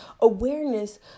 awareness